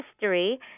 history